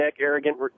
arrogant